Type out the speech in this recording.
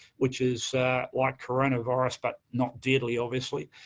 which is like coronavirus but not deadly, obviously.